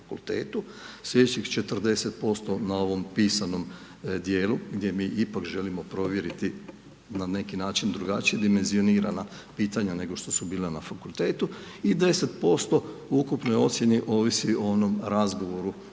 sljedeći 40% na ovom pisanom dijelu gdje mi ipak želimo provjeriti na neki način drugačije, dimenzioniranja pitanja nego što su bila na fakultetu i 10% o ukupnoj ocjeni ovisi o onom razgovoru